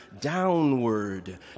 downward